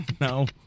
No